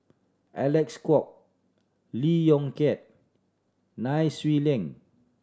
Alec Kuok Lee Yong Kiat Nai Swee Leng